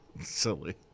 Silly